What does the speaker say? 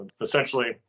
Essentially